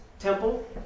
temple